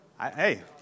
Hey